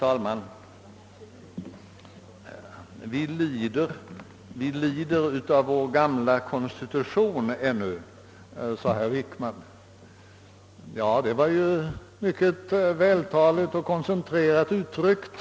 Herr talman! Vi lider ännu av vår gamla konstitution, sade herr Wickman. Det var ju mycket vältaligt och koncentrerat uttryckt.